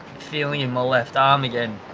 feeling in my left arm again